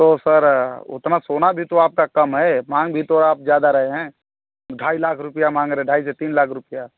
तो सर उतना सोना भी तो आपका कम है माँग भी तो आप ज़्यादा रहे हैं ढाई लाख रुपया माँग रहे ढाई से तीन लाख रुपया